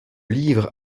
livre